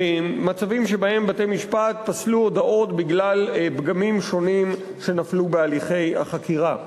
מצבים שבהם בתי-משפט פסלו הודאות בגלל פגמים שונים שנפלו בהליכי החקירה.